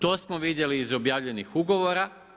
To smo vidjeli iz objavljenih ugovora.